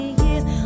years